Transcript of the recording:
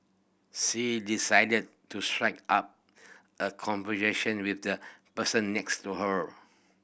she decided to strike up a conversation with the person next to her